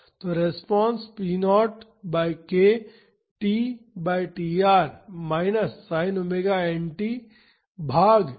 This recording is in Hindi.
तो response p0 by k t by tr minus sine omega n t भाग ओमेगा n tr होगा